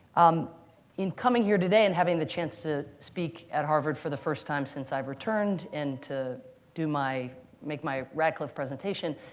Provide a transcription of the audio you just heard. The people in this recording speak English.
um in coming here today and having the chance to speak at harvard for the first time since i've returned and to do my make my radcliffe presentation,